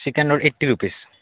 chicken roll eighty rupees